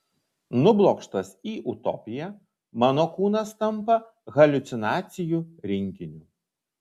nublokštas į utopiją mano kūnas tampa haliucinacijų rinkiniu